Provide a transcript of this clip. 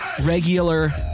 regular